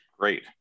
Great